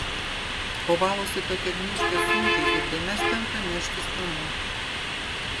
o valosi tokia gniūžtė sunkiai ir dėmes tenka neštis namo